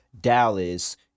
Dallas